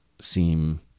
seem